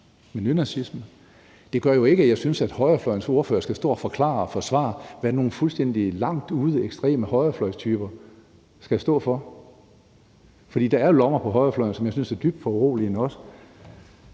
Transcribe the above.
med nynazisme, men det gør jo ikke, at jeg synes, at højrefløjens ordfører skal stå og forklare og forsvare, hvad nogle fuldstændig langt ude ekstreme højrefløjstyper skal stå for. For der er lommer på højrefløjen, som jeg synes er dybt foruroligende også.